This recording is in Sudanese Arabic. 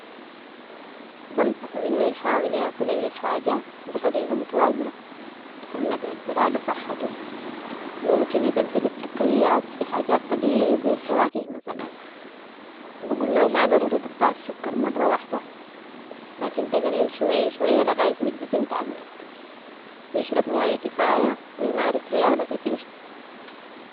بنصحه انه يحاول ياكل اي حاجة بطريقة متوازنة ، عشان ما تأثر علي صحته وممكن يبدل السكريات بحاجات طبيعية. زي الفواكه مثلا وبقول ليهو ما ضروري تقطع السكر مرة واحدة. لكن تقلل شوية شوية، لغاية ما الجسم يتعود ويشرب موية كفاية و يمارس رياضه كتير.